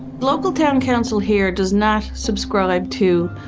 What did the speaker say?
local town council here does not subscribe to